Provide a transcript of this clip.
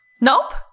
Nope